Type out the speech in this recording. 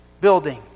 building